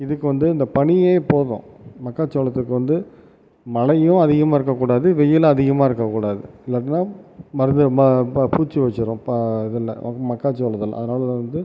இதுக்கு வந்து இந்த பனியே போதும் மக்காச்சோளத்துக்கு வந்து மழையும் அதிகமாக இருக்க கூடாது வெயிலும் அதிகமாக இருக்க கூடாது இல்லாட்டினா மருந்து பூச்சி வச்சுரும் இதில் மக்காச்சோளத்தில் அதனால் வந்து